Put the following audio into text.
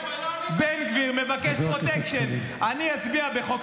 בן גביר מבקש פרוטקשן: אני אצביע בחוק